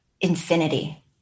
infinity